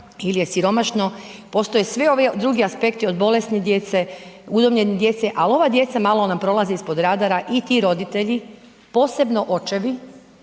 ili je siromašno. Postoje svi ovi drugi aspekti od bolesne djece, udomljene djece ali ova djeca malo nam prolaze ispod radara i ti roditelji, posebno očevi